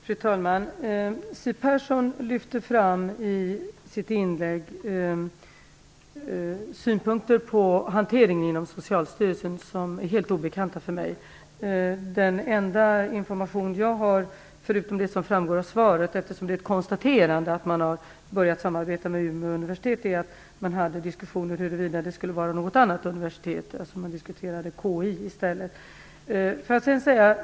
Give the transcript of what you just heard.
Fru talman! Siw Persson lyfte i sitt inlägg fram synpunkter på hanteringen inom Socialstyrelsen som är helt obekanta för mig. Den enda information jag har - förutom det som framgår av svaret, att man har börjat samarbeta med Umeå universitet - är att det fördes diskussioner om huruvida något annat universitet eller KI skulle komma i fråga.